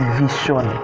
vision